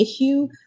issue